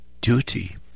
duty